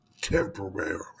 temporarily